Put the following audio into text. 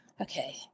okay